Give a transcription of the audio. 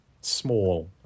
small